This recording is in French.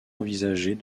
envisagés